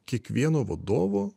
kiekvieno vadovo